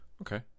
okay